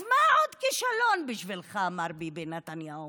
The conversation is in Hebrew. אז מה עוד כישלון בשבילך, מר ביבי נתניהו?